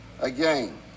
again